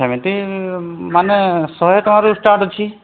ସେମିତି ମାନେ ଶହେ ଟଙ୍କାରୁ ଷ୍ଟାର୍ଟ ହେଉଛି